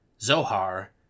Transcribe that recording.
Zohar